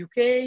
UK